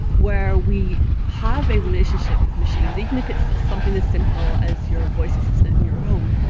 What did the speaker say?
where we have a relationship with machines, even if it's something as simple as your voice assistant in your home,